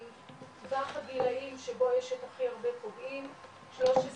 טווח הגילאים שבו יש את הכי הרבה פוגעים 13,